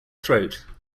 throat